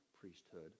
priesthood